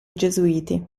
gesuiti